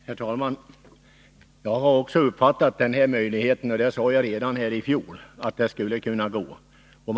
Herr talman! Jag har också uppfattat den möjligheten. Jag sade redanii fjol att detta borde kunna gå.